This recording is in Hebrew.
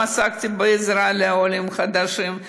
גם עסקתי בעזרה לעולים חדשים,